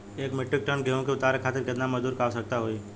एक metric ton गेहूँ के उतारे खातीर कितना मजदूर क आवश्यकता होई?